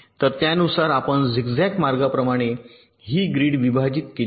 तर त्यानुसार आपण झिगझॅग मार्गाप्रमाणे ही ग्रीड विभाजित केली